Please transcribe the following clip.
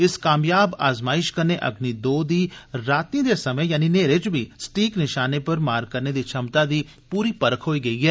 इस कामयाब आजमाइश कन्ने अग्नि दो दी रातीं दे समें यानि न्हेरे च बी स्टीक नशाने पर मार करने दी क्षमता दी पूरी परख होई गेई ऐ